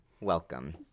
welcome